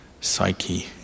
psyche